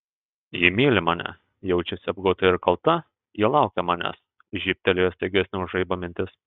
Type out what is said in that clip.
ji myli mane jaučiasi apgauta ir kalta ji laukia manęs žybtelėjo staigesnė už žaibą mintis